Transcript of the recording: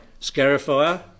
Scarifier